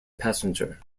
passenger